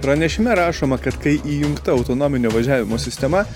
pranešime rašoma kad kai įjungta autonominio važiavimo sistema